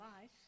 life